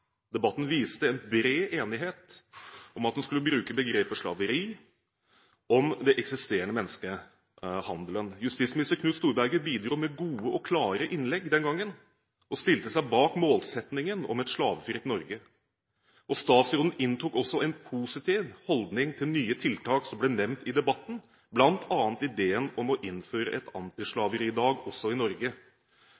Debatten viste en bred enighet om at en skulle bruke begrepet «slaveri» om den eksisterende menneskehandelen. Daværende justisminister Knut Storberget bidro med gode og klare innlegg den gangen og stilte seg bak målsettingen om et slavefritt Norge. Statsråden inntok også en positiv holdning til nye tiltak som ble nevnt i debatten, bl.a. ideen om å innføre